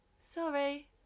Sorry